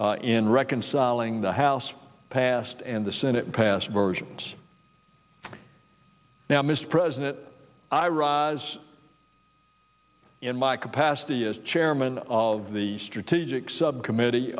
in reconciling the house passed and the senate passed versions now mr president i rise in my capacity as chairman of the strategic subcommittee